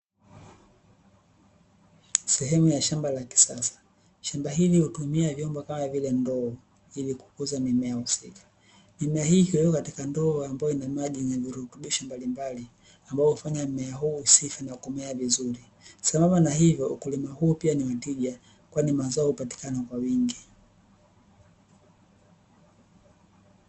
Sehemu la shamba la kisasa, shamba hilo hutumia vyombo kama vile ndoo ili kukuza mimea husika. Mimea hii huwekwa katika ndoo ambayo yenye maji yenye virutubisho mbalimbali ambavyo hufanya mmea huu usife na kumea vizuri, sambamba na hivo ukulima huu pia ni wa tija kwani mazao hupatikana kwa wingi.